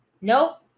Nope